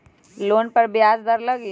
Loan पर ब्याज दर लगी?